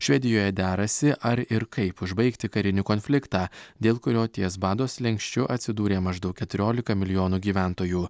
švedijoje derasi ar ir kaip užbaigti karinį konfliktą dėl kurio ties bado slenksčiu atsidūrė maždaug keturiolika milijonų gyventojų